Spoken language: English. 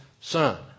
son